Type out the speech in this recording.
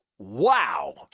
Wow